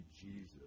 Jesus